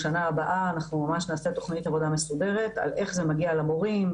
בשנה הבאה אנחנו נעשה תוכנית עבודה מסודרת על איך זה מגיע למורים.